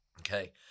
Okay